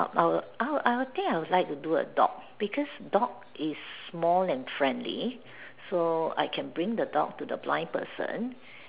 I would I would I would think that I would like to do a dog because dog is small and friendly so I can bring the dog to the blind person